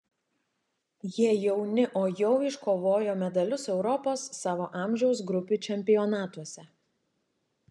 jie jauni o jau iškovojo medalius europos savo amžiaus grupių čempionatuose